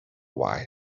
why